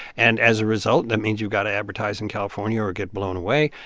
and as a result, that means you've got to advertise in california or get blown away.